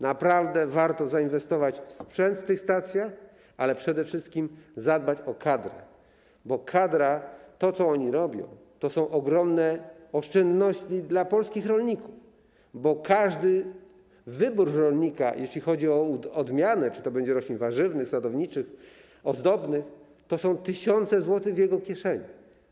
Naprawdę warto zainwestować w sprzęt w tych stacjach, ale przede wszystkim zadbać o kadrę, bo kadra, to, co oni robią, to są ogromne oszczędności dla polskich rolników, bo każdy wybór rolnika, jeśli chodzi o odmianę czy to roślin warzywnych, czy sadowniczych, czy ozdobnych, to są tysiące złotych zarobku w jego kieszeni.